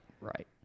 right